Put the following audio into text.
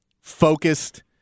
focused